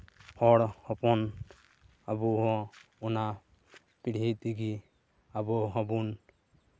ᱦᱚᱲ ᱦᱚᱯᱚᱱ ᱟᱵᱚ ᱦᱚᱸ ᱚᱱᱟ ᱯᱤᱲᱦᱤ ᱛᱮᱜᱮ ᱟᱵᱚ ᱦᱚᱸᱵᱚᱱ